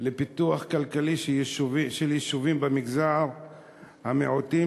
לפיתוח כלכלי של יישובים במגזר המיעוטים,